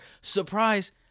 Surprise